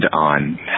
on